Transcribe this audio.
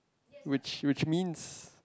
which which means